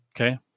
Okay